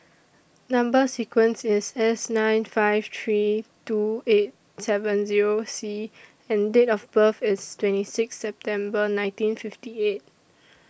Number sequence IS S nine five three two eight seven Zero C and Date of birth IS twenty six September nineteen fifty eight